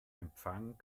empfang